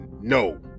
no